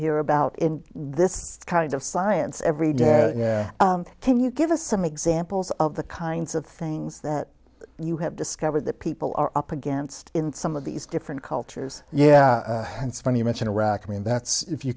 hear about in this kind of science every day can you give us some examples of the kinds of things that you have discovered that people are up against in some of these different cultures yeah it's funny you mention iraq i mean that's if you